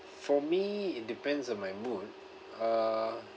for me it depends on my mood uh